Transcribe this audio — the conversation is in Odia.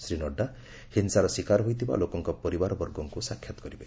ଶ୍ରୀ ନଡ୍ରା ହିଂସାର ଶିକାର ହୋଇଥିବା ଲୋକଙ୍କ ପରିବାରବର୍ଗକୁ ସାକ୍ଷାତ କରିବେ